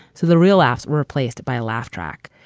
so the real laughs were replaced by a laugh track.